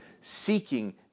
seeking